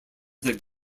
that